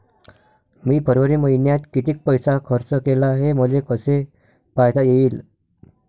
मी फरवरी मईन्यात कितीक पैसा खर्च केला, हे मले कसे पायता येईल?